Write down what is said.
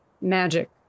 magic